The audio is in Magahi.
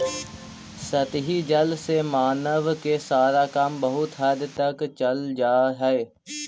सतही जल से मानव के सारा काम बहुत हद तक चल जा हई